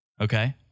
Okay